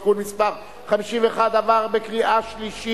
(תיקון מס' 51) עברה בקריאה שלישית.